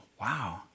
wow